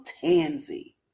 tansy